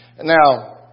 Now